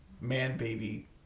man-baby